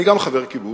אני גם חבר קיבוץ,